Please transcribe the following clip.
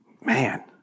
man